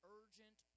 urgent